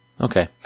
okay